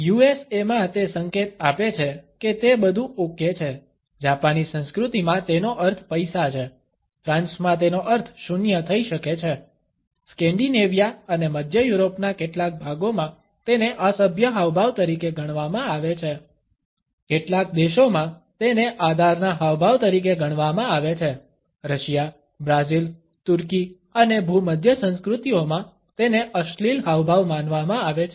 યુએસએમાં તે સંકેત આપે છે કે બધું ઓકે છે જાપાની સંસ્કૃતિમાં તેનો અર્થ પૈસા છે ફ્રાન્સમાં તેનો અર્થ શૂન્ય થઈ શકે છે સ્કેન્ડિનેવિયા અને મધ્ય યુરોપના કેટલાક ભાગોમાં તેને અસભ્ય હાવભાવ તરીકે ગણવામાં આવે છે કેટલાક દેશોમાં તેને આધારના હાવભાવ તરીકે ગણવામાં આવે છે રશિયા બ્રાઝિલ તુર્કી અને ભૂમધ્ય સંસ્કૃતિઓમાં તેને અશ્લીલ હાવભાવ માનવામાં આવે છે